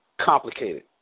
complicated